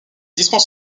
dispense